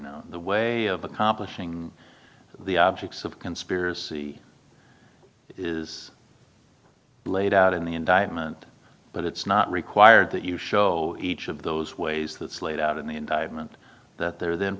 no way of accomplishing the objects of conspiracy is laid out in the indictment but it's not required that you show each of those ways that's laid out in the indictment that they're then